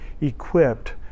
equipped